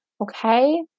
Okay